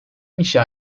inşa